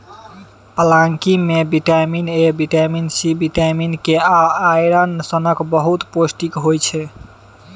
पलांकी मे vitamin A, vitamin C, vitamin K आ आइरन सनक बहुत पौष्टिक होइ छै